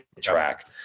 track